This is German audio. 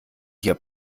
hier